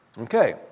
Okay